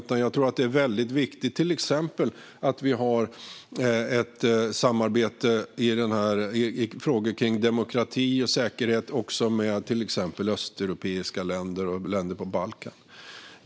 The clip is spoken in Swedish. Jag tror till exempel att det är viktigt att vi har ett samarbete i frågor om demokrati och säkerhet också med exempelvis östeuropeiska länder och länder på Balkan.